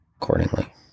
accordingly